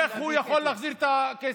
איך הוא יכול להחזיר את הכסף?